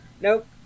Nope